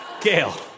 Gail